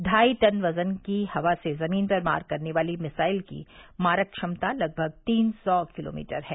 ढाई टन वजन की हवा से जमीन पर मार करने वाली मिसाइल की मारक क्षमता लगभग तीन सौ किलोमीटर है